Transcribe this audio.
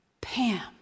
Pam